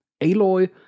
Aloy